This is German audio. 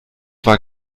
war